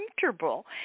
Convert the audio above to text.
comfortable